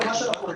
מאל על מי נמצא?